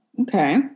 okay